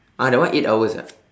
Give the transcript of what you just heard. ah that one eight hours ah